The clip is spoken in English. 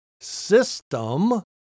system